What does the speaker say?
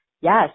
yes